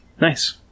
nice